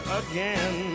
again